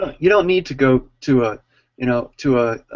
you don't need to go to ah you know to a